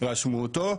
רשמו אותו.